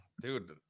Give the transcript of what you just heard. Dude